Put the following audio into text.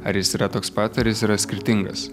ar jis yra toks pat ar jis yra skirtingas